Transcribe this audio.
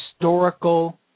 historical